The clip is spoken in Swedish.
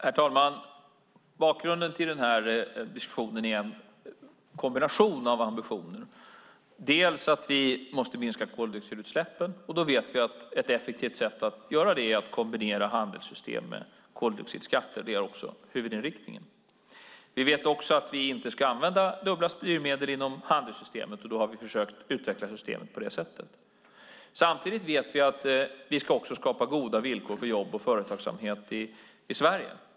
Herr talman! Bakgrunden till diskussionen är en kombination av ambitioner. Vi måste minska koldioxidutsläppen, och då vet vi att ett effektivt sätt att göra det på är att kombinera handelssystem med koldioxidskatt, och det är också huvudinriktningen. Vi vet också att vi inte ska använda dubbla styrmedel inom handelssystemet. Då har vi försökt utveckla systemet på det sättet. Samtidigt vet vi att vi ska skapa goda villkor för jobb och företagsamhet i Sverige.